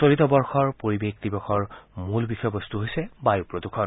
চলিত বৰ্ষৰ পৰিৱেশ দিৱসৰ মূল বিষয়বস্ত হৈছে বায়ু প্ৰদূষণ